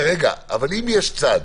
אבל אם יש צד